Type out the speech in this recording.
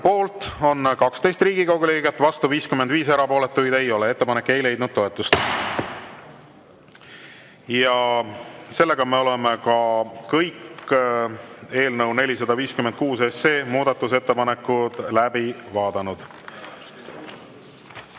poolt on 12 Riigikogu liiget, vastu 55, erapooletuid ei ole. Ettepanek ei leidnud toetust. Me oleme kõik eelnõu 456 muudatusettepanekud läbi vaadanud.